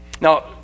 Now